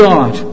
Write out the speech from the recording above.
God